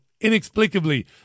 inexplicably